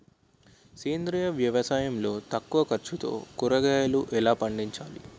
సేంద్రీయ వ్యవసాయం లో తక్కువ ఖర్చుతో కూరగాయలు ఎలా పండించాలి?